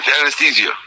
anesthesia